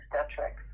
obstetrics